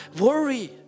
worry